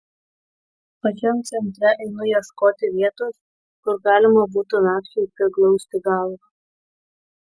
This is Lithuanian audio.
pačiam centre einu ieškoti vietos kur galima būtų nakčiai priglausti galvą